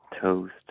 Toast